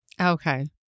Okay